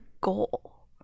goal